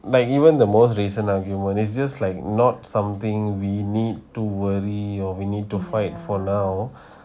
like even the most recent argument it's just like not something we need to worry or we need to fight for now